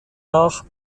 nach